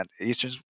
Eastern